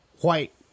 white